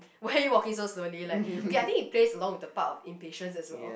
why are you walking so slowly like okay I think it plays along with the part of impatience as well